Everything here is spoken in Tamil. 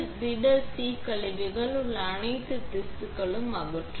திட சி கழிவுகளில் உள்ள அனைத்து திசுக்களும் அகற்றும்